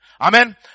Amen